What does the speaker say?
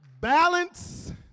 Balance